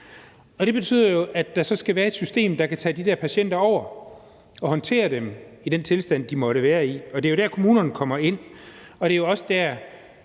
Det betyder jo, at der skal være et system, der kan tage over i forhold til de der patienter og håndtere dem i den tilstand, de måtte være i, og det er jo der, kommunerne kommer ind.